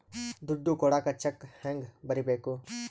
ದುಡ್ಡು ಕೊಡಾಕ ಚೆಕ್ ಹೆಂಗ ಬರೇಬೇಕು?